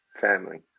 Family